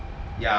ya